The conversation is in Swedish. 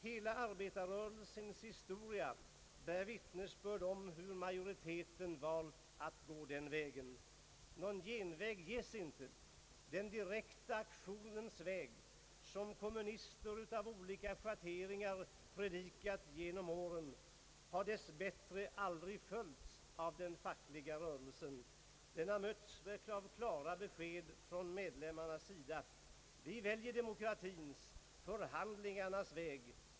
Hela arbetarrörelsens historia bär vittnesbörd om hur majoriteten valt att gå den vägen. Någon genväg ges inte. Den direkta aktionens väg, som kommunister av olika schatteringar predikat under årens lopp, har dess bättre aldrig följts av den fackliga rörelsen. Den har mötts av klara besked från medlemmarnas sida: Vi väljer demokratins och förhandlingarnas väg.